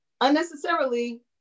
unnecessarily